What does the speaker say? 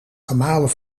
gemalen